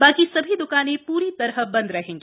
बाकी सभी द्वकानें पूरी तरह बंद रहेगी